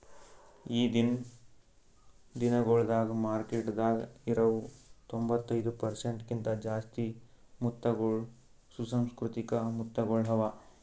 ಈಗಿನ್ ದಿನಗೊಳ್ದಾಗ್ ಮಾರ್ಕೆಟದಾಗ್ ಇರವು ತೊಂಬತ್ತೈದು ಪರ್ಸೆಂಟ್ ಕಿಂತ ಜಾಸ್ತಿ ಮುತ್ತಗೊಳ್ ಸುಸಂಸ್ಕೃತಿಕ ಮುತ್ತಗೊಳ್ ಅವಾ